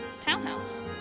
townhouse